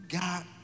God